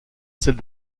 celles